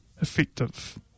effective